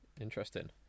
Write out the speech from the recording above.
Interesting